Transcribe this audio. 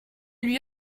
lui